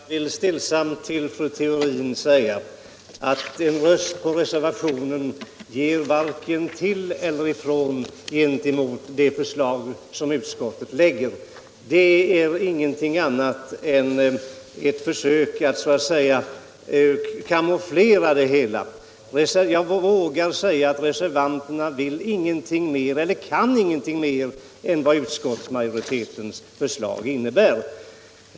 Herr talman! Jag vill stillsamt till fru Theorin säga att en röst på reservationen gör varken till eller från när det gäller det förslag som utskottet lägger. Det är ingenting annat än ett försök att så att säga kamouflera det hela. Jag vågar säga att reservanterna kan ingenting mer åstadkomma än vad utskottsmajoritetens förslag innebär.